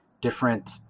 different